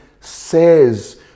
says